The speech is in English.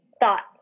thoughts